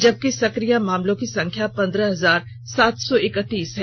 जबकि सक्रिय मामलों की संख्या पंद्रह हजार सात सौ इकतीस है